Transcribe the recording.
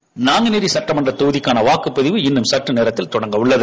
seconds Nanguneri சுட்டப்பேரவை தொகுதிக்கான வாக்குப்பதிவு இன்னும் சற்றுநேரத்தில் தொடங்கவுள்ளது